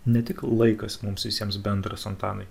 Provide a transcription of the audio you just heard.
ne tik laikas mums visiems bendras antanai